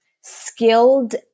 skilled